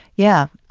yeah.